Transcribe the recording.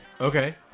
Okay